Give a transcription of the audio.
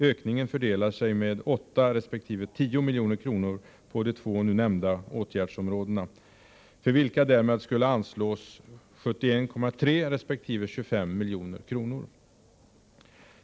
Ökningen fördelar sig med 8 resp. 10 milj.kr. på de två nu nämnda åtgärdsområdena, för vilka därmed skulle anslås 71,3 resp. 25 milj.kr.